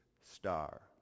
star